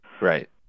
Right